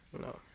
No